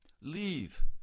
leave